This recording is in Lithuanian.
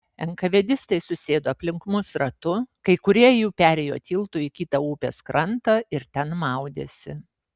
enkavedistai susėdo aplink mus ratu kai kurie jų perėjo tiltu į kitą upės krantą ir ten maudėsi